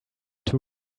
two